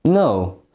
no,